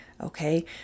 Okay